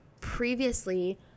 previously